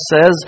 says